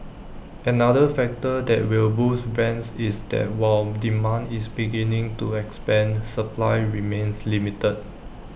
another factor that will boost rents is that while demand is beginning to expand supply remains limited